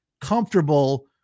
comfortable